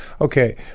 Okay